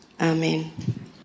Amen